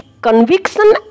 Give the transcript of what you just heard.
conviction